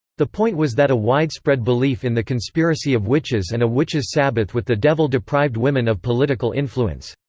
the point was that a widespread belief in the conspiracy of witches and a witches' sabbath with the devil deprived women of political influence.